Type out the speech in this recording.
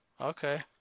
Okay